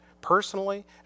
personally